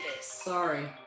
Sorry